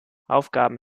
aufgaben